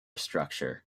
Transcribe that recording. structure